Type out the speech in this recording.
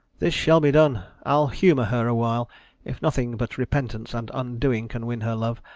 this shall be done, i'll humor her awhile if nothing but repentance and undoing can win her love,